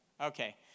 Okay